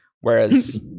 whereas